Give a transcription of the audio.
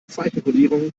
zeichenkodierung